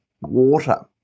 water